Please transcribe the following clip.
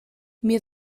mir